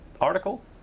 article